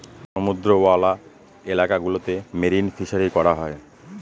সমুদ্রওয়ালা এলাকা গুলোতে মেরিন ফিসারী করা হয়